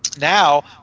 now